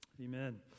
Amen